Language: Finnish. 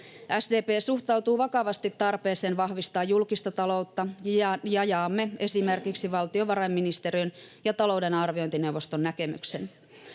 SDP suhtautuu vakavasti tarpeeseen vahvistaa julkista taloutta, ja jaamme esimerkiksi valtiovarainministeriön ja talouden arviointineuvoston näkemyksen.